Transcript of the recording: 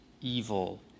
evil